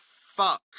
fuck